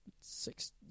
six